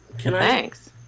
Thanks